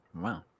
Wow